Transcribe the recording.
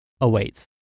awaits